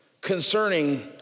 concerning